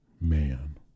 Man